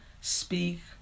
speak